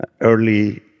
early